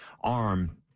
arm